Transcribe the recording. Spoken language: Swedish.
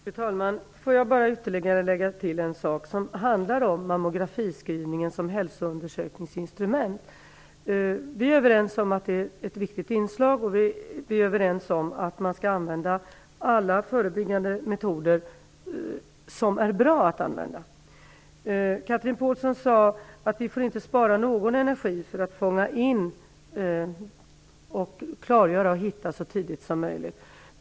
Fru talman! Jag vill lägga till ytterligare en sak som handlar om mammogrfiscreeningen som hälsoundersökningsinstrument. Vi är överens om att det är ett viktigt inslag, och vi är överens om att man skall använda alla förebyggande metoder som är bra att använda. Chatrine Pålsson sade att vi inte får spara någon energi för att fånga in och hitta tumören så tidigt som möjligt.